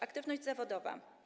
Aktywność zawodowa.